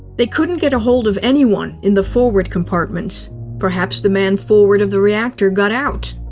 they couldn't get a hold of anyone in the forward compartments. perhaps the men forward of the reactor got out.